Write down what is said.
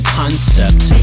concept